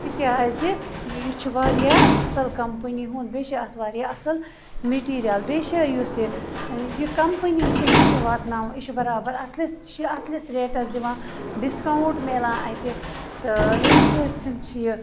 تِکیٛازِ یہِ چھُ واریاہ اَصٕل کمپٔنی ہُنٛد بیٚیہِ چھِ اَتھ واریاہ اَصٕل مِٹیٖریَل بیٚیہِ چھِ یُس یہِ یہِ کمپٔنی چھِ یہِ چھِ واتناوان یہِ چھِ بَرابر اَصلِس یہِ چھِ اَصلِس ریٹَس دِوان ڈِسکاوُنٛٹ میلان اَتہِ تہٕ ییٚمہِ سۭتۍ چھِ یہِ